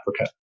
Africa